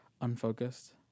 unfocused